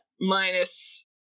minus